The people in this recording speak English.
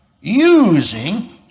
Using